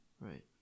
right